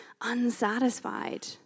unsatisfied